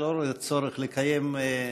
אני לא רואה צורך לקיים הרשמה,